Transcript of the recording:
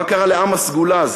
מה קרה לעם הסגולה הזה?